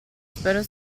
spero